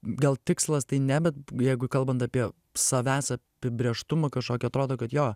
gal tikslas tai ne bet jeigu kalbant apie savęs apibrėžtumą kažkokį atrodo kad jo